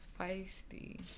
Feisty